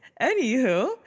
anywho